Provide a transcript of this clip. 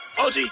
OG